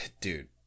Dude